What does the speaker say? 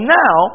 now